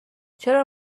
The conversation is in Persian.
چرا